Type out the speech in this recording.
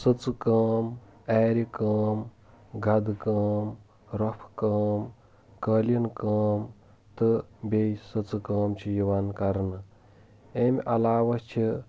سٕژٕ کٲم آرِ کٲم گدٕ کٲم رۄفہٕ کٲم قٲلیٖن کٲم تہٕ بییٚہِ سٕژٕ کٲم چھِ یِوان کرنہٕ امہِ علاوٕ چھِ